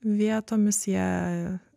vietomis jie